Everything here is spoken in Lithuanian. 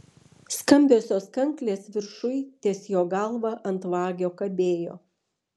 skambiosios kanklės viršuj ties jo galva ant vagio kabėjo